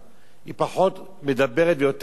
היא פחות מדברת ויותר עושה,